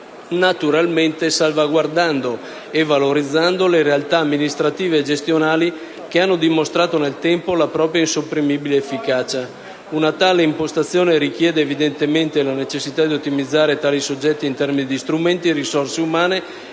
naturalmente salvaguardando e valorizzando le realtà amministrative e gestionali che hanno dimostrato nel tempo la propria insopprimibile efficacia. Una tale impostazione richiede evidentemente la necessità di ottimizzare tali soggetti in termini di strumenti, risorse umane